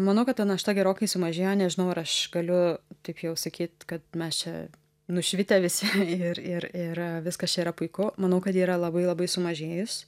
manau kad ta našta gerokai sumažėjo nežinau ar aš galiu taip jau sakyt kad mes čia nušvitę visi ir ir ir viskas čia yra puiku manau kad yra labai labai sumažėjus